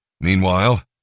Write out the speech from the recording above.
Meanwhile